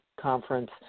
conference